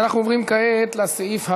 אז אנחנו עוברים כעת לסעיף הבא: